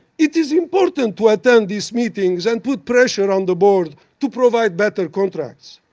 it is important to attend these meetings and put pressure on the board to provide better contracts.